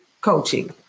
coaching